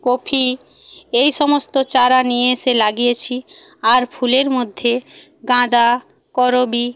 copy এই সমস্ত চারা নিয়ে এসে লাগিয়েছি আর ফুলের মধ্যে গাঁদা করবী